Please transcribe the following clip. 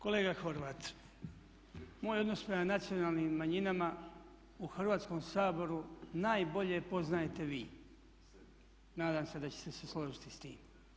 Kolega Horvat, moj odnos prema nacionalnim manjinama u Hrvatskom saboru najbolje poznajete vi, nadam se da ćete se složiti s tim.